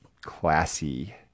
classy